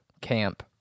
camp